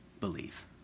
believe